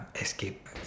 escape